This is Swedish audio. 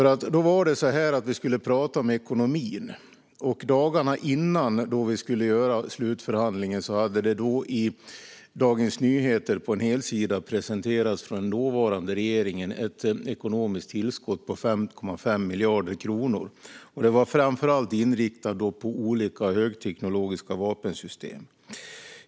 Vi skulle tala om ekonomin. Dagarna innan vi skulle göra slutförhandlingen hade det i Dagens Nyheter på en helsida presenterats från den dåvarande regeringen ett ekonomiskt tillskott på 5,5 miljarder kronor. Det var framför allt inriktat på olika högteknologiska vapensystem.